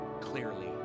clearly